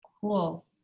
Cool